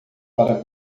para